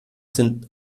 sind